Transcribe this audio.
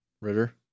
Ritter